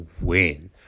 win